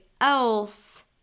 else